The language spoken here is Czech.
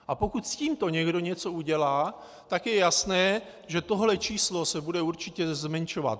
A pokud s tímto někdo něco udělá, tak je jasné, že tohle číslo se bude určitě zmenšovat.